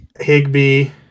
Higby